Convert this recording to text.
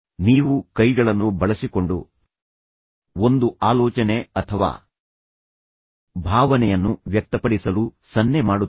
ನೀವು ಕೈಗಳನ್ನು ಬಳಸಿಕೊಂಡು ಒಂದು ಆಲೋಚನೆ ಅಥವಾ ಭಾವನೆಯನ್ನು ವ್ಯಕ್ತಪಡಿಸಲು ಸನ್ನೆ ಮಾಡುತ್ತೀರಿ